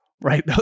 right